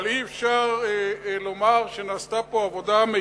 אבל אי-אפשר לומר שנעשתה פה עבודה מיטבית.